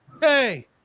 Hey